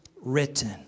written